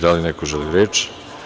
Da li neko želi reč?